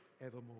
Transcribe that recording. evermore